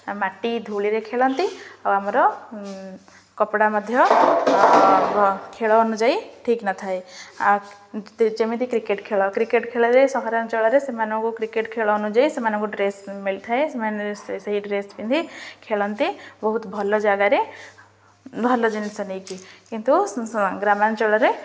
ମାଟି ଧୂଳିରେ ଖେଳନ୍ତି ଆଉ ଆମର କପଡ଼ା ମଧ୍ୟ ଖେଳ ଅନୁଯାୟୀ ଠିକ୍ ନଥାଏ ଆଉ ଯେମିତି କ୍ରିକେଟ୍ ଖେଳ କ୍ରିକେଟ୍ ଖେଳରେ ସହରାଞ୍ଚଳରେ ସେମାନଙ୍କୁ କ୍ରିକେଟ୍ ଖେଳ ଅନୁଯାୟୀ ସେମାନଙ୍କୁ ଡ୍ରେସ୍ ମିଳିଥାଏ ସେମାନେ ସେଇ ଡ୍ରେସ୍ ପିନ୍ଧି ଖେଳନ୍ତି ବହୁତ ଭଲ ଜାଗାରେ ଭଲ ଜିନିଷ ନେଇକି କିନ୍ତୁ ଗ୍ରାମାଞ୍ଚଳରେ